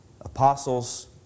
apostles